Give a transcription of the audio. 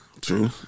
True